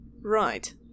Right